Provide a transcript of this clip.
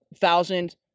thousand